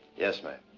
yes, ma'am.